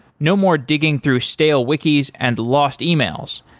no more digging through stale wiki's and lost e-mails.